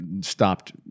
stopped